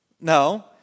No